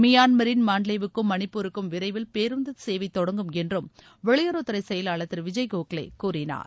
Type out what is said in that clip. மியான்மரின் மான்ட்லேவுக்கும் மணிப்பூருக்கும் விரைவில் பேருந்து சேவை தொடங்கும் என்றும் வெளியுறவுத் துறை செயலாளர் திரு விஜய் கோகலே கூறினார்